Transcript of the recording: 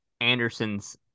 Anderson's